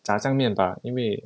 炸酱面吧因为